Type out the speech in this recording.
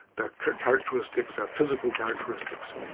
their characteristics, their physical characteristics,